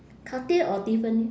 cartier or tiffany